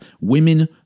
women